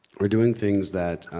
we're doing things that,